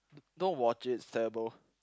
don't watch it